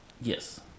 Yes